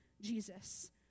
Jesus